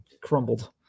crumbled